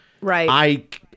Right